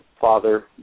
Father